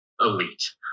elite